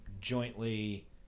jointly